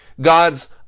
God's